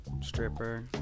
stripper